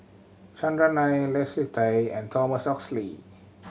Chandran Nair Leslie Tay and Thomas Oxley